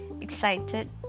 excited